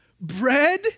Bread